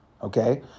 Okay